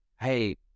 hey